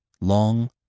Long